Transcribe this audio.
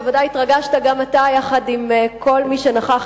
בוודאי התרגשת גם אתה יחד עם כל מי שנכח